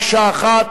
מקשה אחת.